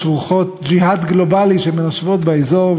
יש רוחות ג'יהאד גלובלי שנושבות באזור.